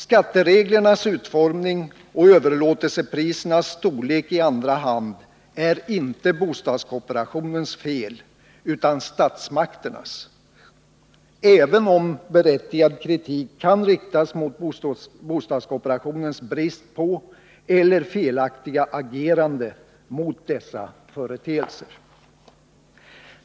Skattereglernas utformning och storleken på priserna för överlåtelse i andra hand kan inte skyllas på bostadskooperationen utan på statsmakterna — även om berättigad kritik kan riktas mot bostadskooperationens brist på eller felaktiga agerande mot dessa företeelser.